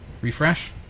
Refresh